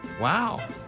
Wow